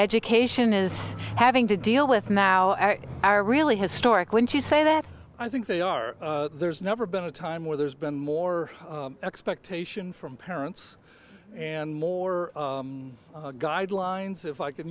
education is having to deal with now are really historic when she say that i think they are there's never been a time where there's been more expectation from parents and more guidelines if i c